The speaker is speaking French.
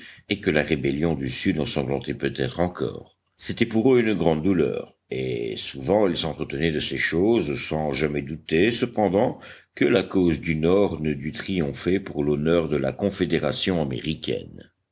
et que la rébellion du sud ensanglantait peut-être encore c'était pour eux une grande douleur et souvent ils s'entretenaient de ces choses sans jamais douter cependant que la cause du nord ne dût triompher pour l'honneur de la confédération américaine